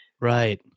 Right